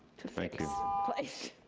to fix place.